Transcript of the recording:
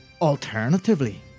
alternatively